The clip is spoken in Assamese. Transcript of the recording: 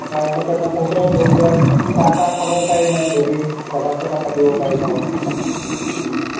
তাৰপাছত তাতে বহি আৰু চাহ তাহ খাব পাৰিম আৰু বহি কথা চথা পাতিব পাৰিম আৰু